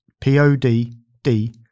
P-O-D-D